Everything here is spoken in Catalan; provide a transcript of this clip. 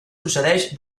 procedeix